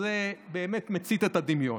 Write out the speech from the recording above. זה באמת מצית את הדמיון.